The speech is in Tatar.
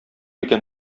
икән